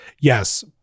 yes